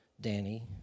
danny